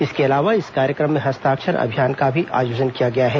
इसके अलावा इस कार्यक्रम में हस्ताक्षर अभियान का भी आयोजन किया गया है